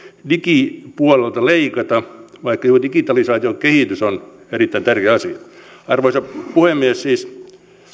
digipuolelta leikata vaikka juuri digitalisaation kehitys on erittäin tärkeä asia arvoisa puhemies siis